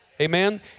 Amen